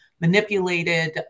manipulated